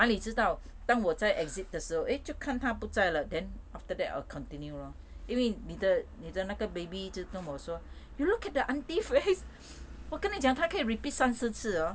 哪里知道当我在 exit 的时候 eh 就看她不在了 then after that I'll continue lor 因为你的你的那个 baby 就跟我说 look at the aunty face 我跟你讲她可以 repeat 三四次哦